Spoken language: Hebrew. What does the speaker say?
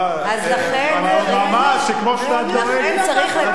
אז לכן צריך לדייק